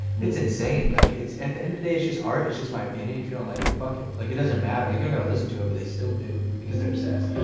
it's insane, like it's like at the end of the day it's just art, it's just my opinion. if you don't like it, fuck it. like it doesn't matter, you don't gotta listen to it. but they still do, because they're obsessed.